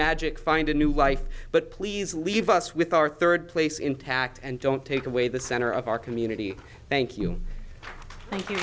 magic find a new life but please leave us with our third place intact and don't take away the center of our community thank you thank you